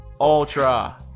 ultra